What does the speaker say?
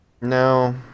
No